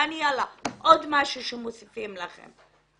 יעני, יאללה, עוד משהו שמוסיפים לכם.